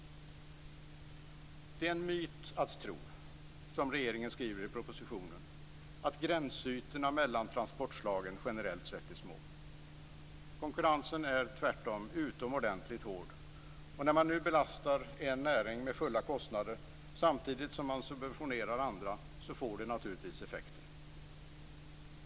Det är en myt att tro, som regeringen skriver i propositionen, att gränsytorna mellan transportslagen generellt sett är små. Konkurrensen är tvärtom utomordentligt hård. När man nu belastar en näring med fulla kostnader samtidigt som man subventionerar andra får det naturligtvis effekter.